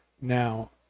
Now